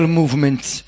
movements